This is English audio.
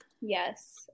Yes